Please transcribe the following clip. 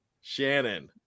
Shannon